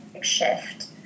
shift